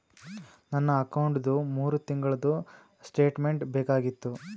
ನನ್ನ ಅಕೌಂಟ್ದು ಮೂರು ತಿಂಗಳದು ಸ್ಟೇಟ್ಮೆಂಟ್ ಬೇಕಾಗಿತ್ತು?